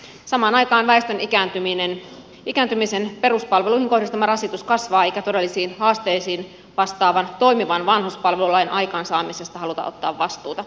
samaan aikaan väestön ikääntymisen peruspalveluihin kohdistama rasitus kasvaa eikä todellisiin haasteisiin vastaavan toimivan vanhuspalvelulain aikaansaamisesta haluta ottaa vastuuta